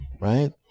Right